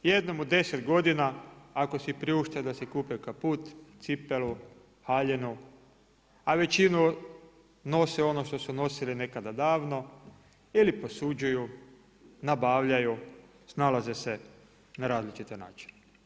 Jednom u 10 godina, ako si priušte da si kupe kaput, cipelu, haljinu, a većinu nose ono što su nosili nekada davno ili posuđuju, nabavljaju, snalaze se na različite načine.